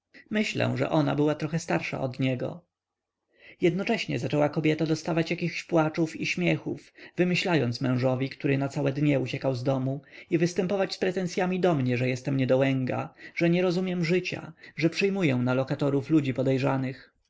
jeszcze nie kochał on prawie starszy od niej myślę że ona była trochę starsza od niego jednocześnie zaczęła kobieta dostawać jakichś płaczów i śmiechów wymyślać mężowi który na całe dnie uciekał z domu i występować z pretensyami do mnie że jestem niedołęga że nie rozumiem życia że przyjmuję na lokatorów ludzi podejrzanych